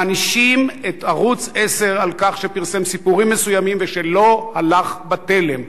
מענישים את ערוץ-10 על כך שפרסם סיפורים מסוימים ולא הלך בתלם.